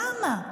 למה?